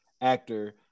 actor